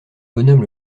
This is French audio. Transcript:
bonhomme